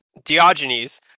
Diogenes